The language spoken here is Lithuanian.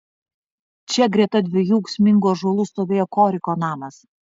čia greta dviejų ūksmingų ąžuolų stovėjo koriko namas